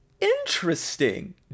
Interesting